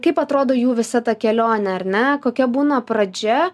kaip atrodo jų visa ta kelionė ar ne kokia būna pradžia